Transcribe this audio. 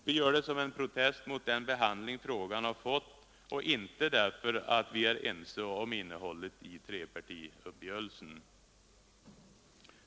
Vi gör det som en protest mot den behandling frågan fått och inte därför att vi accepterar innehållet i trepartiuppgörelsen.